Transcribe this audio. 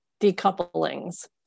decouplings